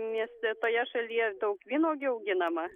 mieste toje šalyje daug vynuogių auginama